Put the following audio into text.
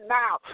now